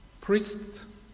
Priests